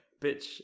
bitch